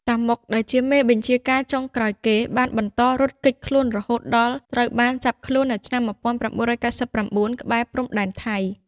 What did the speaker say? តាម៉ុក ដែលជាមេបញ្ជាការចុងក្រោយគេ បានបន្តរត់គេចខ្លួនរហូតដល់ត្រូវបានចាប់ខ្លួននៅឆ្នាំ១៩៩៩ ក្បែរព្រំដែនថៃ។